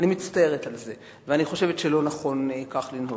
אני מצטערת על זה וחושבת שלא נכון כך לנהוג.